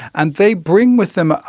and they bring with them,